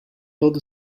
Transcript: todo